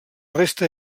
resta